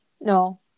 No